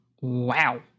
Wow